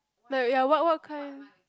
like ya what what kind